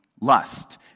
lust